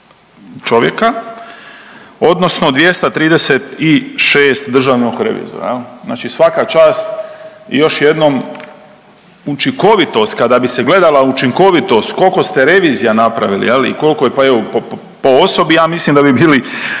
čovjeka odnosno 236 državnog revizora, znači svaka čast još jednom. Učinkovitost, kada bi se gledala učinkovitost kolko ste revizija napravili i kolko je pa evo po osobi ja mislim da bi bili